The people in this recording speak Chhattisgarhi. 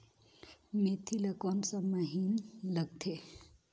मेंथी ला कोन सा महीन लगथे?